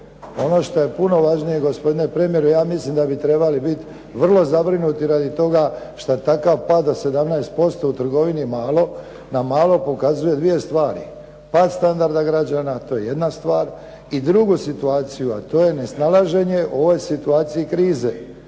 ono što je puno važnije, gospodine premijeru, ja mislim da bi trebali biti vrlo zabrinuti radi toga što takav pad od 17% u trgovinu na malo pokazuje dvije stvari. Pad standarda građana, to je jedna stvar. I drugu situaciju, a to je nesnalaženje u ovoj situaciji krize.